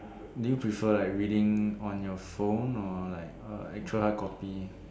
do you prefer like reading on your phone or like eh actual have copy